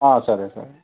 సరే సరే